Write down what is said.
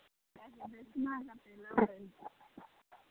दक्षिणा कतेक लेबै